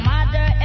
Mother